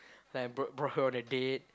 then I brought brought her on a date